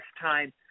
time